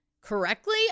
correctly